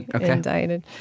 indicted